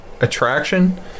attraction